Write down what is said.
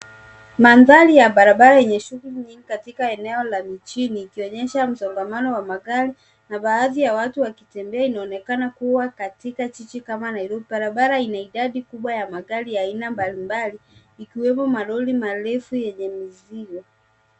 Mandhari ya barabara yenye shughuli nyingi katika eneo la mjini ikionyesha msongamano wa magari na baadhi ya watu wakitembea. Inaonekana kuwa katika jiji kama Nairobi. Barabara ina idadi kubwa ya magari ya aina mbalimbali ikiwemo malori marefu yenye mizigo.